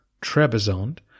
Trebizond